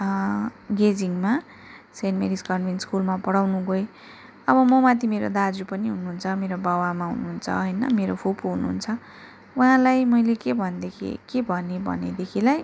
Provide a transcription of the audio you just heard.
गेजिङमा saint Mary's convent स्कुलमा पढाउनु गएँ अब ममाथि मेरो दाजु पनि हुनुहुन्छ मेरो बाउ आमा हुनुहुन्छ होइन मेरो फुपु हुनुहुन्छ उहाँहरूलाई मैले के भनेदेखि के भने भनेदेखिलाई